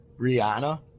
Rihanna